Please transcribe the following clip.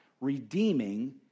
redeeming